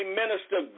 minister